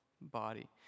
body